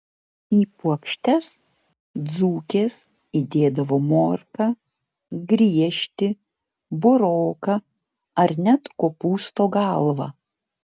į puokštes dzūkės įdėdavo morką griežtį buroką ar net kopūsto galvą